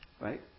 right